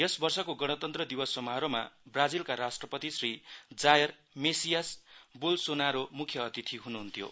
यस वर्षको गणतन्त्र दिवस समारोहमा ब्राजीलका राष्ट्रपति श्री जाइयर मेसियास बोलसोनारो मुख्य अतिथि हुनुहुन्थ्यो